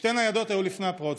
שתי ניידות היו לפני הפרעות,